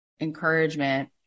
encouragement